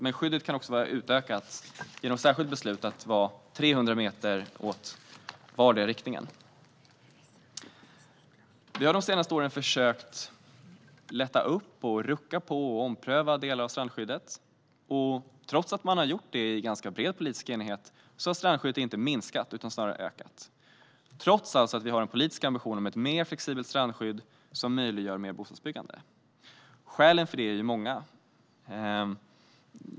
Men skyddet kan också vara utökat genom särskilt beslut, till 300 meter i vardera riktningen. Vi har de senaste åren försökt lätta upp, rucka på och ompröva delar av strandskyddet. Det har gjorts med ganska bred politisk enighet, men strandskyddet har trots det inte minskat utan snarare ökat - trots en politisk ambition om ett mer flexibelt strandskydd som möjliggör för mer bostadsbyggande. Skälen för att lätta på dagens strandskyddsregler är många.